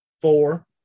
Four